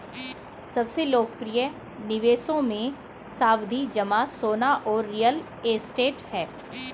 सबसे लोकप्रिय निवेशों मे, सावधि जमा, सोना और रियल एस्टेट है